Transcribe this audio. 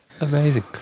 Amazing